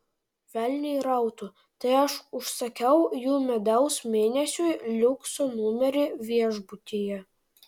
velniai rautų tai aš užsakiau jų medaus mėnesiui liukso numerį viešbutyje